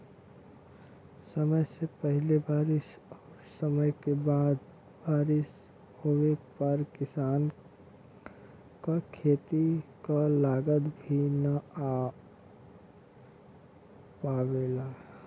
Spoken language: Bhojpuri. समय से पहिले बारिस और समय के बाद बारिस होवे पर किसान क खेती क लागत भी न आ पावेला